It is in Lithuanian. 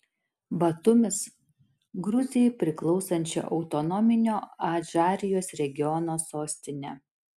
batumis gruzijai priklausančio autonominio adžarijos regiono sostinė